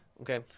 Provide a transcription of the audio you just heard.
Okay